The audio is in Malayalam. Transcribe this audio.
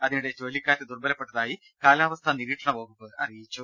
അതിനിടെ ചുഴലിക്കാറ്റ് ദുർബലപ്പെട്ടതായി കാലാവസ്ഥാ നിരീക്ഷണ വകുപ്പ് അറിയിച്ചു